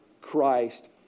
Christ